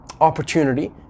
opportunity